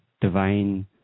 divine